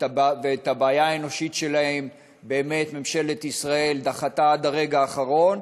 ואת הבעיה האנושית שלהן באמת ממשלת ישראל דחתה עד הרגע האחרון.